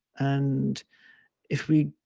and if we,